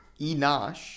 Enosh